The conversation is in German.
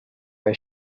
bei